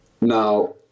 now